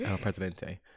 presidente